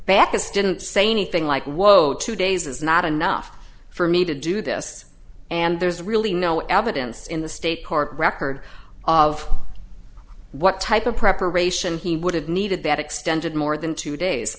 baucus didn't say anything like whoa two days is not enough for me to do this and there's really no evidence in the state court record of what type of preparation he would have needed that extended more than two days